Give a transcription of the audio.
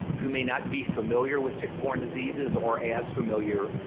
who may not be familiar with tick-borne diseases or as familiar,